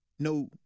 No